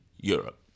Europe